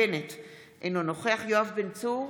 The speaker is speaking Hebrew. אינו נוכח יואב בן צור,